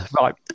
Right